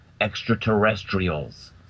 extraterrestrials